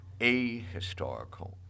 ahistorical